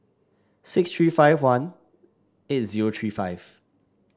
six three five one eight zero three five